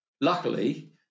luckily